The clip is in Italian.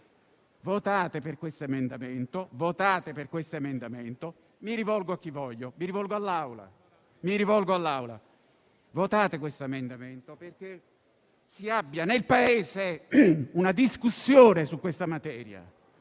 votate per questo emendamento. *(Commenti)*. Mi rivolgo a chi voglio, mi rivolgo all'Aula. Votate questo emendamento, perché si abbia nel Paese una discussione su questa materia.